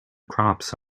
crops